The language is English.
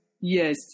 Yes